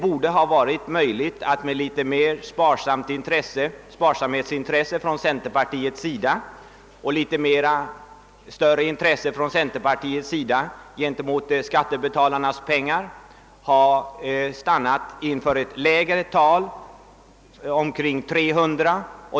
Om centerpartiet haft ett något större sparsamhetsintresse och visat mera aktsamhet med skattebetalarnas pengar borde det ha varit möjligt att stanna vid ett ledamotsantal av omkring 300.